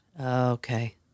Okay